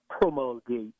promulgate